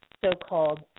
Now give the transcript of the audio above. so-called